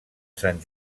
sant